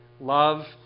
Love